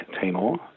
Timor